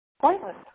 pointless